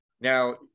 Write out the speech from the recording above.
now